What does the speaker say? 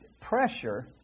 pressure